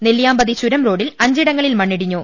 നെല്ലിയാമ്പതി ചുരം റോഡിൽ അഞ്ചിടങ്ങളിൽ മണ്ണിടിഞ്ഞു